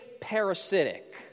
parasitic